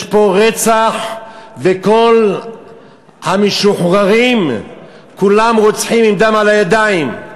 יש פה רצח וכל המשוחררים כולם הם רוצחים עם דם על הידיים.